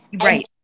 Right